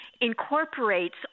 incorporates